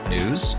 news